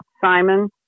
Simon